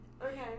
Okay